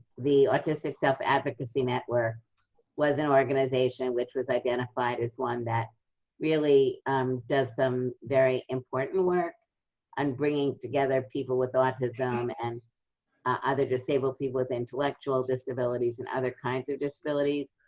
the autistic self-advocacy network was an organization which was identified as one that really does some very important work on bringing together people with autism and other disabled people with intellectual disabilities and other kinds of disabilities.